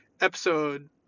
episode